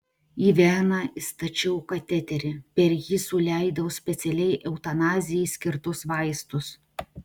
į veną įstačiau kateterį per jį suleidau specialiai eutanazijai skirtus vaistus